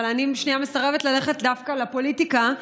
אבל אני שנייה מסרבת ללכת דווקא לפוליטיקה,